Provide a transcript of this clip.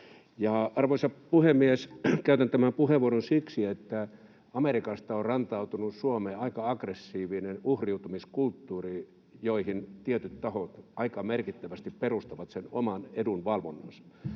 Arvoisa puhemies! Käytän tämän puheenvuoron siksi, että Amerikasta on rantautunut Suomeen aika aggressiivinen uhriutumiskulttuuri, johon tietyt tahot aika merkittävästi perustavat sen oman edunvalvontansa.